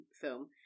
film